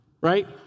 right